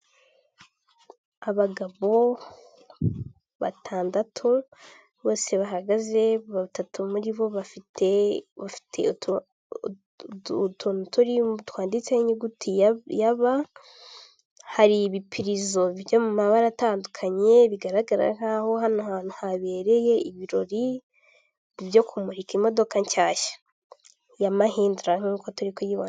Abagabo batandatu bose bahagaze batatu muri bo bafite ututuntu twanditseho inyuguti ya ba hari ibipurizo byo m'amabara atandukanye bigaragara nkaho hano hantu habereye ibirori byo kumurika imodoka nshyashya ya mahindura nkuko turi kuyibona.